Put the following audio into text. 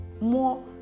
more